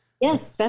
Yes